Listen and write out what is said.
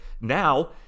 Now